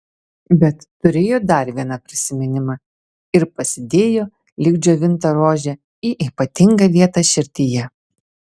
bet turėjo dar vieną prisiminimą ir pasidėjo lyg džiovintą rožę į ypatingą vietą širdyje